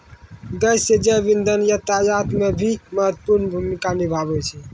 गैसीय जैव इंधन यातायात म भी महत्वपूर्ण भूमिका निभावै छै